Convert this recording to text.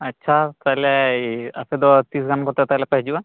ᱟᱪᱪᱷᱟ ᱛᱟᱦᱚᱞᱮ ᱟᱯᱮ ᱫᱚ ᱛᱤᱥ ᱜᱟᱱ ᱠᱚᱛᱮ ᱛᱟᱦᱚᱞᱮ ᱯᱮ ᱦᱤᱡᱩᱜᱼᱟ